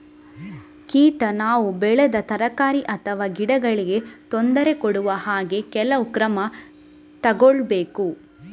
ಕೀಟ ನಾವು ಬೆಳೆದ ತರಕಾರಿ ಅಥವಾ ಗಿಡಗಳಿಗೆ ತೊಂದರೆ ಕೊಡದ ಹಾಗೆ ಕೆಲವು ಕ್ರಮ ತಗೊಳ್ಬೇಕು